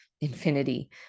infinity